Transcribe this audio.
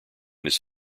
his